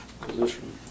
position